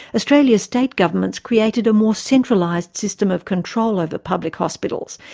australia's state governments created a more centralised system of control over public hospitals,